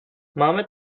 máme